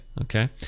okay